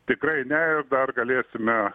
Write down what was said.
tikrai ne ir dar galėsime